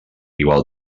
igual